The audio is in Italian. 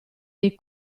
dei